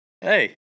Hey